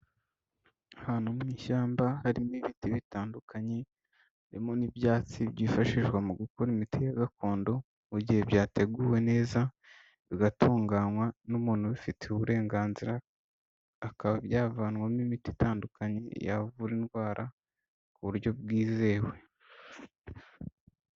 Ahantu mu ishyamba harimo ibiti bitandukanye, harimo n'ibyatsi byifashishwa mu gukora imiti ya gakondo, mu gihe byateguwe neza bigatunganywa n'umuntu ubifitiye uburenganzira, akaba byavanwamo imiti itandukanye yavura indwara ku buryo bwizewe.